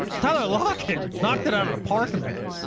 tyler lockett knocked it out of the park. in that game,